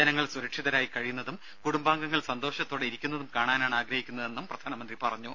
ജനങ്ങൾ സുരക്ഷിതരായി കഴിയുന്നതും കുടുംബാംഗങ്ങൾ സന്തോഷത്തോടെ ഇരിക്കുന്നതും കാണാനാണ് ആഗ്രഹിക്കുന്നതെന്നും പ്രധാനമന്ത്രി പറഞ്ഞു